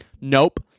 Nope